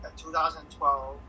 2012